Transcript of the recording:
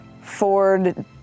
Ford